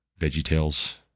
VeggieTales